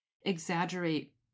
exaggerate